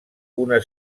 una